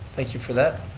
thank you for that.